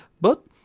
But—